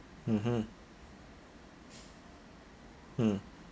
mmhmm mm